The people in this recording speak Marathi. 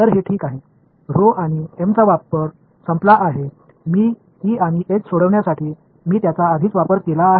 ते ठीक आहे ऱ्हो आणि m चा वापर संपला आहे मी ई आणि एच सोडवण्यासाठी मी त्यांचा आधीच वापर केला आहे